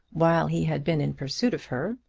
while he had been in pursuit of her,